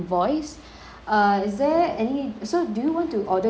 uh is there any so do you want to order drinks as well